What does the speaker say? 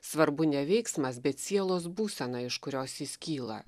svarbu ne veiksmas bet sielos būsena iš kurios jis kyla